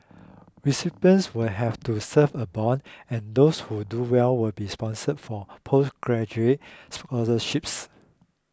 recipients will have to serve a bond and those who do well will be sponsored for postgraduate scholarships